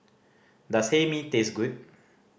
does Hae Mee taste good